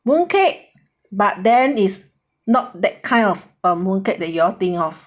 mooncake but then is not that kind of err mooncake that you all think of